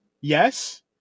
yes